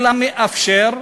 אלא מאפשר,